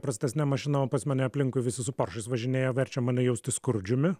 prastesne mašina o pas mane aplinkui visi su poršais važinėja verčia mane jaustis skurdžiumi